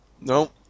No